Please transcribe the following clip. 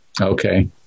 okay